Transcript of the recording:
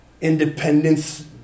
independence